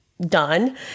done